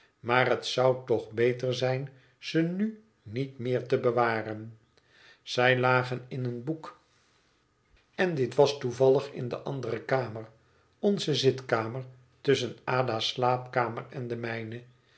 maar het zou toch beter zijn ze nu niet meer te bewaren zij lagen in een boek en dit was toevallig in de andere kamer onze zitkamer tusschen ada's slaapkamer en de mijne